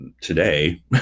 today